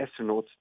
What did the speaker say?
astronauts